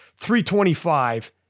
325